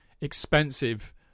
expensive